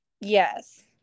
Yes